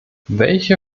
welche